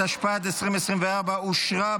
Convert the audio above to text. התשפ"ד 2024,